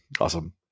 Awesome